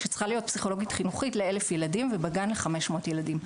שצריכה להיות פסיכולוגית חינוכית ל- 1000 ילדים ובגן ל-500 ילדים,